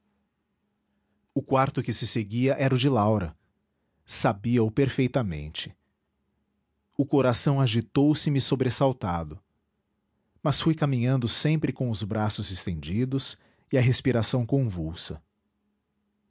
o quarto que se seguia era o de laura sabia-o perfeitamente o coração agitou se me sobressaltado mas fui caminhando sempre com os braços estendidos e a respiração convulsa